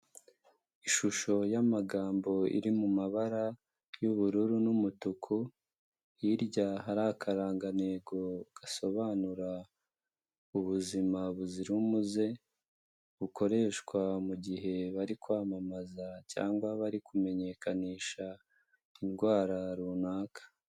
Ishusho y'amagambo iri mu mabara y'ubururu n'umutuku hirya hari akarangantego gasobanura ubuzima buzira umuze, bukoreshwa mu gihe bari kwamamaza cyangwa bari kumenyekanisha, indwara runaka.